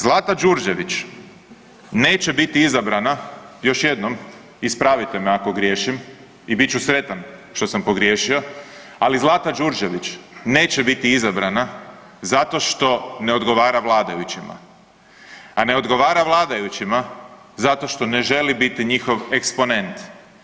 Zlata Đurđević neće biti izabrana, još jednom, ispravite me ako griješim i bit ću sretan što sam pogriješio, ali Zlata Đurđević neće biti izabrana zato što ne odgovara vladajućima, a ne odgovara vladajućima zato što ne želi biti njihov eksponent.